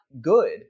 good